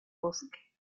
bosque